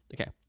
okay